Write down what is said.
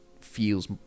feels